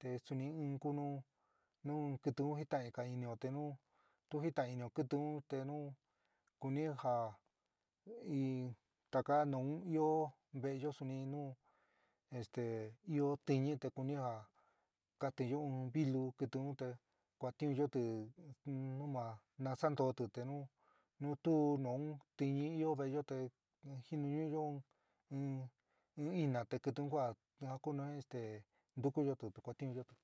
te suni in kuú nu, nu kɨtɨ un jitainga inɨo te nu tú jitain inɨo kɨtɨ un, te nu kuni ja in takaá nuú io ve'éyo suni nu este ɨó tɨñɨ, te kuni ja katinyo in vilu, kɨtɨ un te kuatiunyoti nu ma naasantóti te nu nu tu nu tiñi ɨó ve'éyo te jiniñuyo in ina te kɨtɨ un kua ja ku. ntukuyoti te kuatiunyoti.